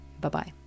Bye-bye